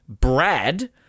Brad